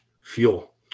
fuel